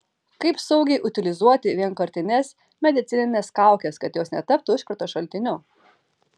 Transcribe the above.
kaip saugiai utilizuoti vienkartines medicinines kaukes kad jos netaptų užkrato šaltiniu